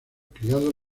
criados